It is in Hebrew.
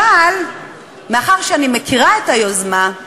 אבל מאחר שאני מכירה את היוזמה,